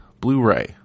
Blu-ray